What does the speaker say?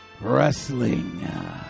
Wrestling